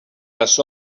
les